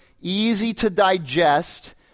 easy-to-digest